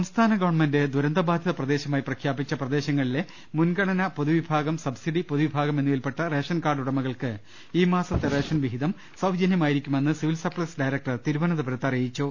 സംസ്ഥാന ഗവൺമെന്റ് ദുരന്ത ബാധിത പ്രദേശമായി പ്രഖ്യാ പിച്ച പ്രദേശങ്ങളിലെ മുൻഗണന പൊതുവിഭാഗം സബ്സി ഡി പൊതുവിഭാഗം എന്നിവയിൽപ്പെട്ട റേഷൻ കാർഡുടമ കൾക്ക് ഈ മാസത്തെ റേഷൻ വിഹിതം സൌജന്യമായിരിക്കു മെന്ന് സിവിൽ സപ്ലൈസ് ഡയറക്ടർ തിരുവനന്തപുരത്ത് അറി യിച്ചു